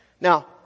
Now